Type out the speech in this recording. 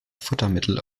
futtermittel